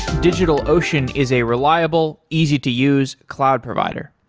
digitalocean is a reliable, easy to use cloud provider.